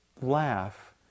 laugh